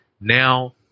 Now